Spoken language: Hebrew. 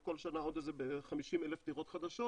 כל שנה עוד בערך 50,000 דירות חדשות,